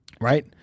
Right